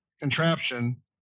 contraption